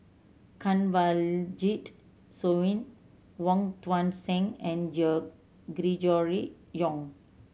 Kanwaljit Soin Wong Tuang Seng and Gregory Yong